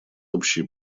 общие